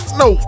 no